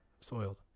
soiled